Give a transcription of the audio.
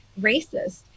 racist